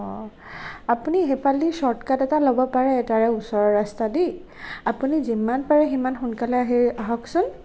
অ আপুনি সেইফালেদি চৰ্টকাট এটা ল'ব পাৰে তাৰে ওচৰৰ ৰাস্তায়েদি আপুনি যিমান পাৰে সিমান সোনকালে আহকচোন